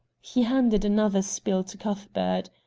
he handed another spill to cuthbert.